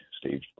Steve